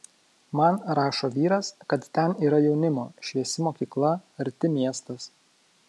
man rašo vyras kad ten yra jaunimo šviesi mokykla arti miestas